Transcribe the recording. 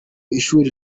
ishuri